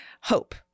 hope